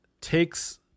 takes